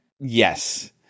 Yes